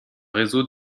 réseau